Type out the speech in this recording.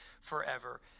forever